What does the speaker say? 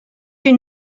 une